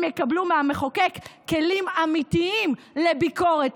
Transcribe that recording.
הם יקבלו מהמחוקק כלים אמיתיים לביקורת,